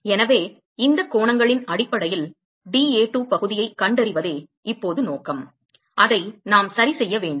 எனவே இந்த கோணங்களின் அடிப்படையில் dA2 பகுதியைக் கண்டறிவதே இப்போது நோக்கம் அதை நாம் சரி செய்ய வேண்டும்